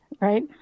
Right